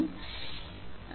இ பிரச்சனை சரி